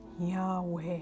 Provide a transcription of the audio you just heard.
Yahweh